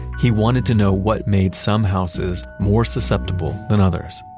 he wanted to know what made some houses more susceptible than others.